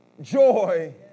joy